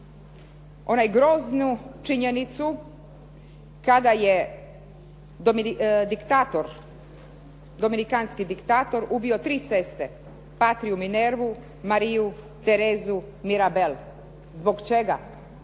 onu groznu činjenicu kada je Dominikanski diktator ubio tri sestre, Patriju, Minervu, Mariju Terezu Mirabel. Zbog čega?